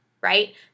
right